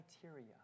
criteria